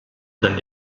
dans